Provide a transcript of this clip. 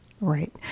Right